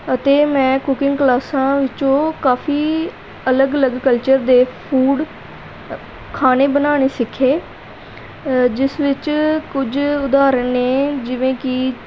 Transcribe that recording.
ਅਤੇ ਮੈਂ ਕੁਕਿੰਗ ਕਲਾਸਾਂ ਵਿੱਚੋਂ ਕਾਫ਼ੀ ਅਲੱਗ ਅਲੱਗ ਕਲਚਰ ਦੇ ਫੂਡ ਖਾਣੇ ਬਣਾਉਣੇ ਸਿੱਖੇ ਜਿਸ ਵਿੱਚ ਕੁਝ ਉਦਾਹਰਣ ਨੇ ਜਿਵੇਂ ਕਿ